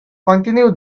continue